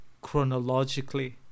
chronologically